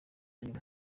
nyuma